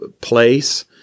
place